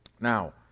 Now